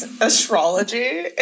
astrology